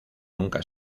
nunca